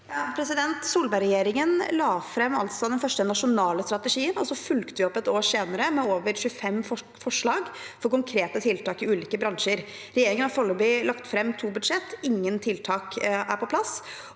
Solberg- regjeringen la fram den første nasjonale strategien, og vi fulgte opp et år senere med over 25 forslag til konkrete tiltak i ulike bransjer. Regjeringen har foreløpig lagt fram to budsjett. Ingen tiltak er på plass.